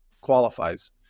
qualifies